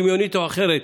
דמיונית או אחרת.